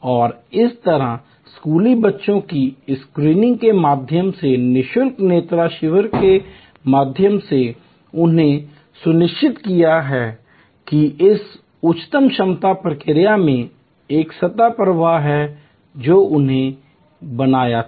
और इस तरह स्कूली बच्चों की इस स्क्रीनिंग के माध्यम से नि शुल्क नेत्र शिविरों के माध्यम से उन्होंने सुनिश्चित किया है कि इस उच्च क्षमता प्रक्रिया में एक सतत प्रवाह है जो उन्होंने बनाया था